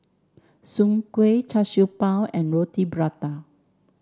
Soon Kueh Char Siew Bao and Roti Prata